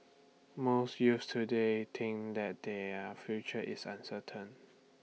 most youths today think that their future is uncertain